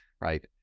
Right